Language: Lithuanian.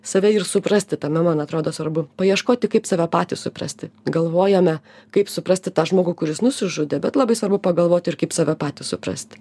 save ir suprasti tame man atrodo svarbu paieškoti kaip save patį suprasti galvojame kaip suprasti tą žmogų kuris nusižudė bet labai svarbu pagalvoti ir kaip save patį suprasti